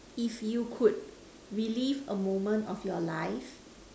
if you could relive a moment of your life